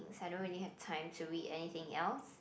I don't really have time to read anything else